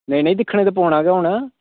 नेईं नेईं दिक्खना ते पौना गै हून